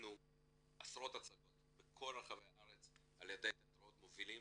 עשינו עשרות הצגות בכל רחבי הארץ על ידי תיאטראות מובילים,